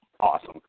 awesome